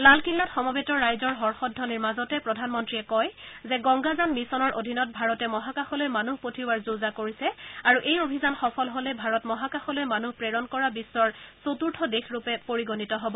লালকিল্লাত সমৱেত ৰাইজৰ হৰ্যেধবনিৰ মাজতে প্ৰধানমন্ত্ৰীয়ে কয় যে গংগাযান মিছনৰ অধীনত ভাৰতে মহাকাশলৈ মানুহ পঠিওৱাৰ যো জা কৰিছে আৰু এই অভিযান সফল হলে ভাৰত মহাকাশলৈ মানুহ প্ৰেৰণ কৰা বিধৰ চতুৰ্থ দেশৰূপে পৰিগণিত হ'ব